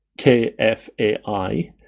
KFAI